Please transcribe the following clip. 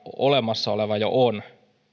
olemassa oleva työlupajärjestelmämme jo on